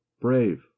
brave